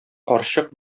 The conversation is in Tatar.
карчык